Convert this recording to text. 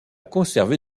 conservé